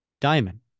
diamond